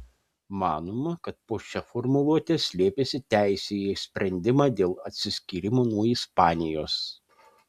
manoma kad po šia formuluote slėpėsi teisė į sprendimą dėl atsiskyrimo nuo ispanijos